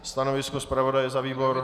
Stanovisko zpravodaje za výbor?